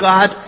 God